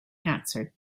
answered